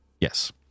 Yes